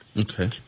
Okay